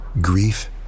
Grief